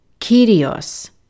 Kyrios